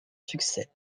succès